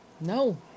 No